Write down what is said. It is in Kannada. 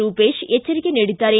ರೂಪೇಶ್ ಎಚ್ಚರಿಕೆ ನೀಡಿದ್ದಾರೆ